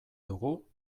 dugu